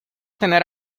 tener